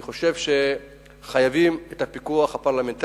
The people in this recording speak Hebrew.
אני חושב שחייבים את הפיקוח הפרלמנטרי.